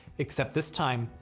except this time,